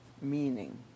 meaning